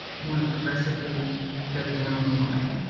you want to progressively go down the line.